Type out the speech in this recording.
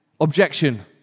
objection